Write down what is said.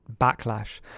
backlash